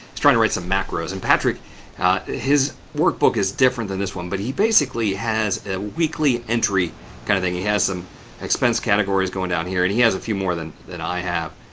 he's trying to write some macros and patrick his workbook is different than this one, but he basically has a weekly entry kind of thing. he has some expense categories going down here and he has a few more than that i have.